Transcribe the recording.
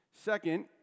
Second